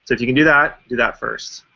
if you can do that, do that first.